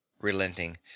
relenting